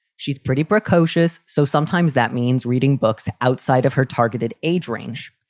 she's pretty precocious, so sometimes that means reading books outside of her targeted age range.